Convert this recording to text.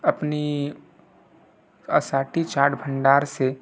अपनी असाटी चाट भंडार से